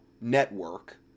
network